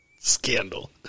scandal